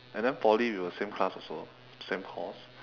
and then poly we were same class also same course